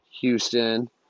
houston